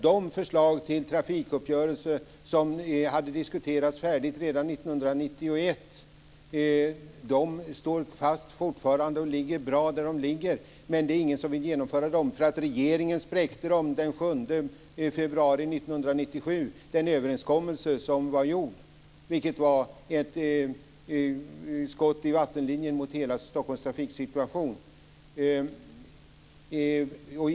De förslag till trafikuppgörelse som hade diskuterats färdigt redan 1991 står fortfarande fast och ligger bra där de ligger. Det är dock ingen som vill genomföra dem eftersom regeringen den 7 februari spräckte den överenskommelse som var gjord, vilket var ett skott i vattenlinjen mot hela Stockholms trafiksituation.